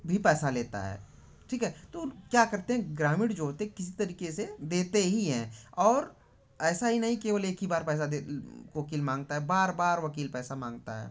भी पैसा लेता है ठीक है तो वो क्या करते हैं ग्रामीण जो होते हैं किसी तरीके से देते ही हैं और ऐसा ही नहीं केवल एक ही बार पैसा दें वकील माँगता है बार बार वकील पैसा माँगता है